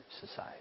society